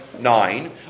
nine